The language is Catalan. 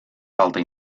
falta